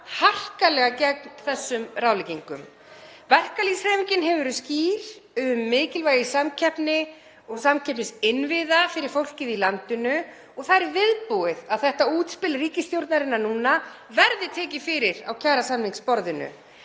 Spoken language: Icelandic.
harkalega gegn þessum ráðleggingum. Verkalýðshreyfingin hefur verið skýr um mikilvægi samkeppni og samkeppnisinnviða fyrir fólkið í landinu og það er viðbúið að þetta útspil ríkisstjórnarinnar núna verði tekið fyrir á kjarasamningsborðinu.